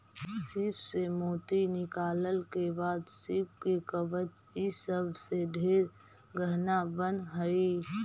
सीप से मोती निकालला के बाद सीप के कवच ई सब से ढेर गहना बन हई